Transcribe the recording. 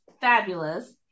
fabulous